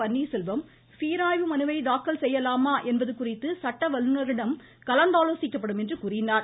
பன்னிர்செல்வம் சீராய்வு மனுவை தாக்கல் செய்யலாமா என்பது குறித்து சட்டவல்லுநர்களிடம் கலந்தாலோசிக்கப்படும் என்றார்